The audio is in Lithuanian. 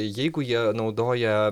jeigu jie naudoja